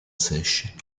sèche